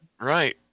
Right